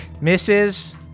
misses